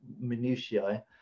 minutiae